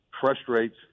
frustrates